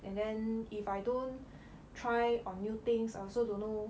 and then if I don't try on new things I also don't know